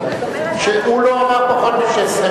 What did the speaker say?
הוא לא אמר פחות מ-16,